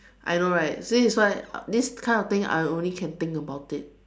I know right this is why this kind of thing I only can think about it